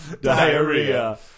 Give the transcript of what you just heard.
Diarrhea